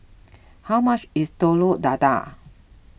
how much is Telur Dadah